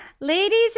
ladies